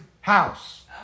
house